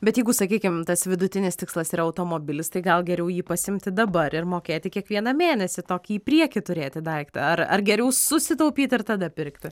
bet jeigu sakykim tas vidutinis tikslas yra automobilis tai gal geriau jį pasiimti dabar ir mokėti kiekvieną mėnesį tokį į priekį turėti daiktą ar ar geriau susitaupyti ir tada pirkti